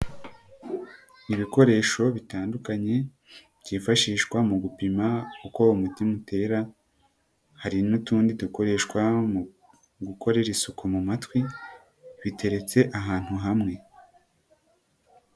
Ibikoresho bitandukanye byifashishwa mu gupima uko umutima utera hari n'utundi dukoreshwa mu gukorera isuku mu matwi biteretse ahantu hamwe.